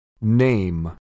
Name